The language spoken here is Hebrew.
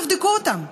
תבדקו אותם,